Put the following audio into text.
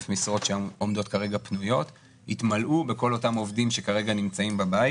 משרות שעומדות כרגע פנויות יתמלאו בכל אותם עובדים שכרגע נמצאים בבית.